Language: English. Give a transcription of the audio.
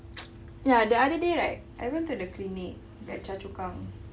ya the other day right I went to the clinic at choa chu kang